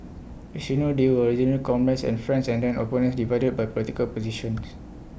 as you know they were originally comrades and friends and then opponents divided by political positions